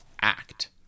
act